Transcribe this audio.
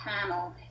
panel